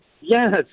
Yes